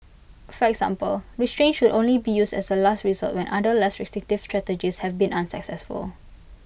for example restraints should only be used as A last resort when other less restrictive strategies have been unsuccessful